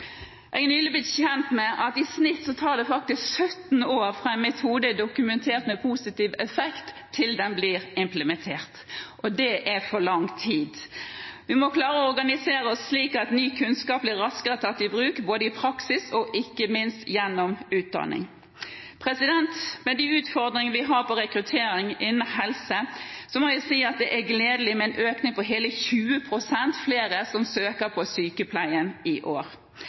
Jeg er nylig blitt kjent med at det i snitt faktisk tar 17 år fra en metode er dokumentert med positiv effekt til den blir implementert, og det er for lang tid. Vi må klare å organisere oss slik at ny kunnskap blir raskere tatt i bruk, både i praksis og ikke minst gjennom utdanning. Med de utfordringene vi har på rekruttering innen helse, må jeg si det er gledelig med en økning på hele 20 pst. som søker på sykepleien i år.